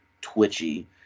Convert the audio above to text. twitchy